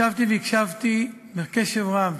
ישבתי והקשבתי בקשב רב